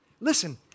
Listen